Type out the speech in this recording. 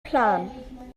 plan